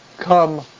Come